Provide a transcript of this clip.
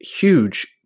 huge